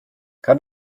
kann